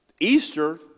Easter